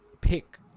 pick